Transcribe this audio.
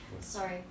sorry